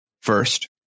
first